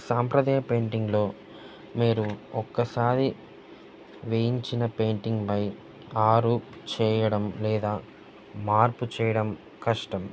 సాంప్రదాయ పెయింటింగ్లో మీరు ఒక్కసారి వేయించిన పెయింటింగ్ బై ఆరూప్ చేయడం లేదా మార్పు చేయడం కష్టం